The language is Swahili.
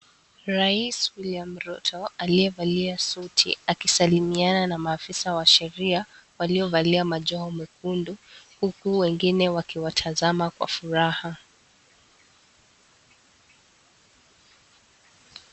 Rais William Ruto aliyevalia suti akisalimiana na maafisa wa sheria waliovalia majoha mekundu huku wengine wakiwatazama kwa furaha.